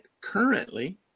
currently